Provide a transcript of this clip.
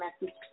message